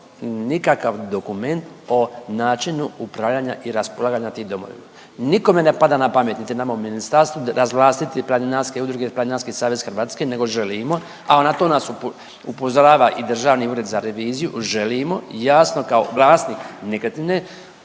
nikakav dokument o načinu upravljanja i raspolaganja tim domovima. Nikome ne pada na pamet niti nama u ministarstvu razvlastiti planinarske udruge, Planinarski savez Hrvatske nego želimo, a na to nas upozorava i Državni ured za reviziju. Želimo jasno kao vlasnik nekretnine